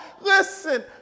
Listen